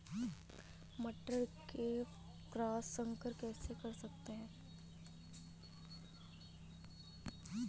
मटर में क्रॉस संकर कैसे कर सकते हैं?